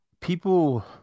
people